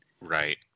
Right